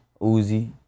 Uzi